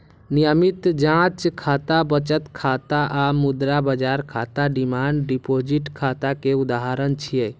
नियमित जांच खाता, बचत खाता आ मुद्रा बाजार खाता डिमांड डिपोजिट खाता के उदाहरण छियै